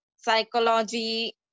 psychology